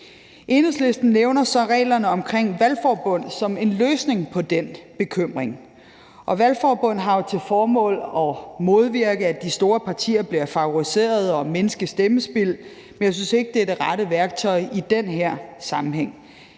Enhedslisten nævner så reglerne omkring valgforbund som en løsning på den bekymring. Valgforbund har jo til formål at modvirke, at de store partier bliver favoriseret, og at mindske stemmespild. Men jeg synes ikke, det er det rette værktøj i den her sammenhæng.